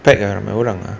pack ah ramai orang ah